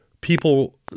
people